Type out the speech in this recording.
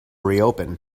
reopen